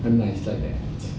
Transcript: ah no it's like that